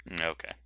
Okay